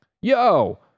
yo